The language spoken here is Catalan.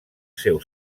seu